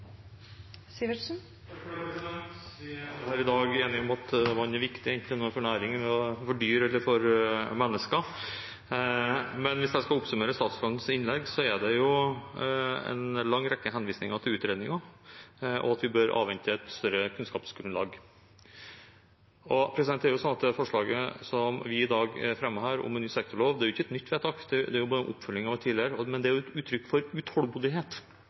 det er for næring, for dyr eller for mennesker, men hvis jeg skal oppsummere statsrådens innlegg, er det en lang rekke henvisninger til utredninger, og at vi bør avvente et større kunnskapsgrunnlag. Det forslaget vi fremmer her i dag om en ny sektorlov, er jo ikke et nytt vedtak, det er bare en oppfølging av et tidligere, men det er et uttrykk for utålmodighet.